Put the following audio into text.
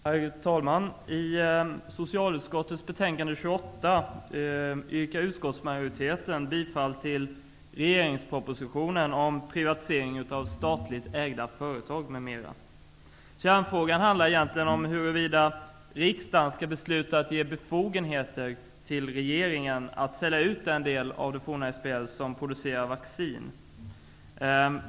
Herr talman! I socialutskottets betänkande SoU28 Kärnfrågan handlar egentligen om huruvida riksdagen skall besluta om att ge befogenheter till regeringen att sälja ut den del av det forna SBL som producerar vaccin.